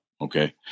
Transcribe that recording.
Okay